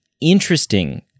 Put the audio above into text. interesting